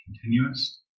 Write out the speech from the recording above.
continuous